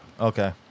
Okay